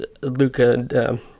Luca